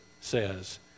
says